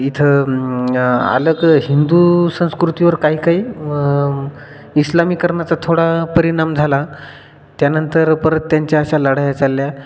इथं आलग हिंदू संस्कृतीवर काही काही इस्लामीकरणाचा थोडा परिणाम झाला त्यानंतर परत त्यांच्या अशा लढाया चालल्या